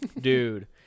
Dude